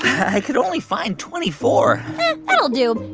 i could only find twenty four that'll do.